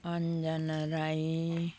Anjana Rai